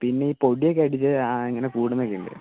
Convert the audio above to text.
പിന്നെ ഈ പൊടി ഒക്കെ അടിച്ച് ആ ഇങ്ങനെ കൂടുന്നൊക്കെയുണ്ട്